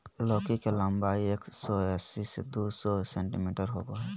लौकी के लम्बाई एक सो अस्सी से दू सो सेंटीमिटर होबा हइ